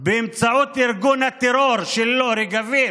באמצעות ארגון הטרור שלו, רגבים,